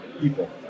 people